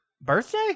birthday